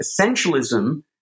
Essentialism